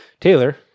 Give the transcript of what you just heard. taylor